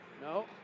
No